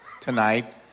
tonight